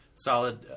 Solid